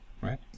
right